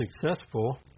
successful